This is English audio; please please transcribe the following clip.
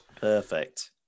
Perfect